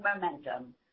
momentum